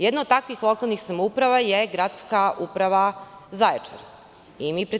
Jedna od takvih lokalnih samouprava je gradska uprava Zaječara.